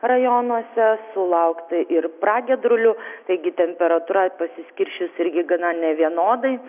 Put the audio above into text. rajonuose sulaukta ir pragiedrulių taigi temperatūra pasiskirsčius irgi gana nevienodai